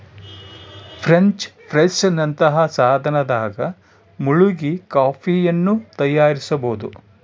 French press ನಂತಹ ಸಾಧನದಾಗ ಮುಳುಗಿ ಕಾಫಿಯನ್ನು ತಯಾರಿಸಬೋದು